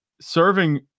serving